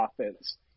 offense